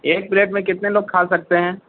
ایک پلیٹ میں کتنے لوگ کھا سکتے ہیں